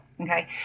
okay